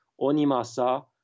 Onimasa